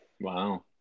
Wow